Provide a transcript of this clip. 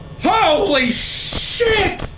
holy shit